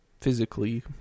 physically